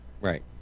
right